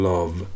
Love